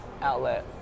outlet